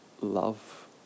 love